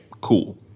cool